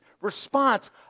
response